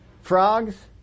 Frogs